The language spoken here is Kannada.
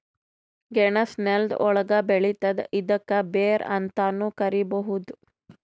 ಗೆಣಸ್ ನೆಲ್ದ ಒಳ್ಗ್ ಬೆಳಿತದ್ ಇದ್ಕ ಬೇರ್ ಅಂತಾನೂ ಕರಿಬಹುದ್